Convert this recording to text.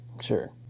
Sure